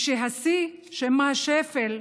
והשיא, ושמא השפל,